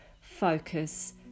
focus